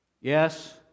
Yes